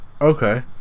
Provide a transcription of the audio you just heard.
Okay